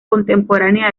contemporánea